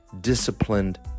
disciplined